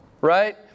right